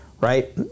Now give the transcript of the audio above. right